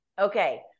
Okay